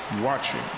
watching